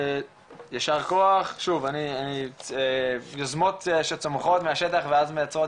יישר כוח שוב אני יוזמות שצומחות מהשטח ואז מייצרות